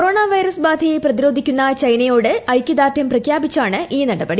corona virus ബാധയെ പ്രതിരോധിക്കുന്ന ച്ചൈന്യൂർട് ഐക്യദാർഢ്യം പ്രഖ്യാപിച്ചാണ് ഈ നടപടി